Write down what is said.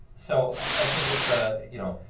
so i think it's ah you know,